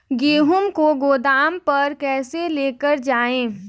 गेहूँ को गोदाम पर कैसे लेकर जाएँ?